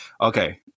Okay